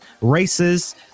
races